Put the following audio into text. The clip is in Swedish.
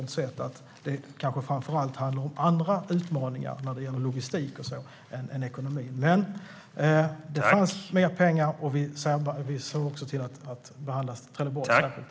Nu handlar det kanske framför allt om andra utmaningar än ekonomi, till exempel logistik. Det fanns alltså mer pengar. Och vi såg till behandla Trelleborg särskilt.